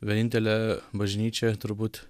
vienintelę bažnyčią turbūt